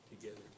together